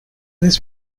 this